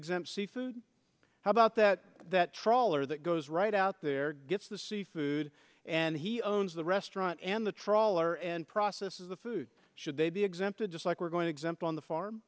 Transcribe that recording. exempt seafood how about that that trawler that goes right out there gets the seafood and he owns the restaurant and the trawler and process is the food should they be exempted just like we're going to exempt on the farm